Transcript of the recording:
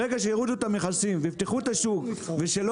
ברגע שיורידו את המכסים ויפתחו את השוק ושלא